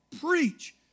Preach